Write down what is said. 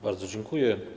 Bardzo dziękuję.